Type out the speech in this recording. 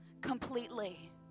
completely